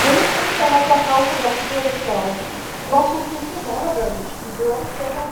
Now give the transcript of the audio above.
وين نخدم كاينه تاقه وحده في المكتب تاعي، في الشركة ماعلاباليش، في المكتب كاينه وحده.